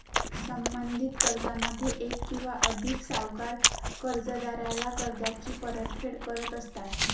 संबंधित कर्जामध्ये एक किंवा अधिक सावकार कर्जदाराला कर्जाची परतफेड करत असतात